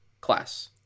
class